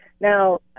Now